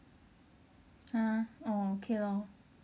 ah orh okay lor